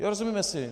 Rozumíme si?